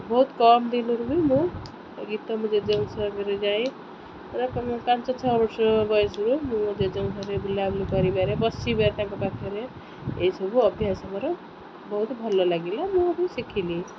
ବହୁତ କମ୍ ଦିନରୁ ବି ମୁଁ ଗୀତ ମୁଁ ଜେଜେଙ୍କ ସବୁ ଯାଇକି ପାଞ୍ଚ ଛଅ ବର୍ଷ ବୟସରୁ ମୁଁ ମୋ ଜେଜେଙ୍କରେ ବୁଲାବୁଲି କରିବାରେ ବସିବାରେ ତାଙ୍କ ପାଖରେ ଏହିସବୁ ଅଭ୍ୟାସ ମୋର ବହୁତ ଭଲ ଲାଗିଲା ମୁଁ ବି ଶିଖିଲି